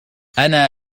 أنا